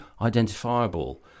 identifiable